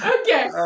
Okay